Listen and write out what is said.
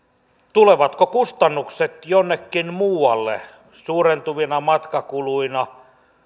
tulevatko kustannukset jonnekin muualle suurentuvina matkakuluina